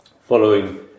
Following